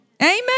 Amen